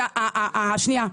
שנייה,